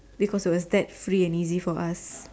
because it was that free and easy for us